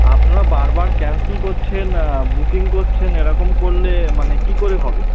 আপনারা বার বার ক্যানসেল করছেন বুকিং করছেন এরকম করলে মানে কী করে হবে